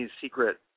secret